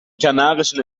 kanarischen